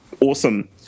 awesome